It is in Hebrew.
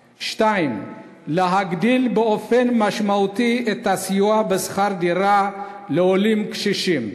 2. להגדיל באופן משמעותי את הסיוע בשכר דירה לעולים קשישים,